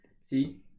See